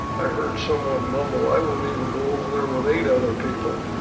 i heard someone mumble, i wouldn't even go over there with eight other people.